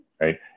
right